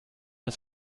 das